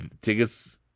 Tickets